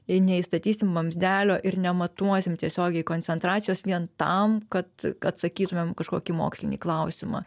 neįstatysim vamzdelio ir nematuosim tiesiogiai koncentracijos vien tam kad atsakytumėm į kažkokį mokslinį klausimą